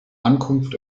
ankunft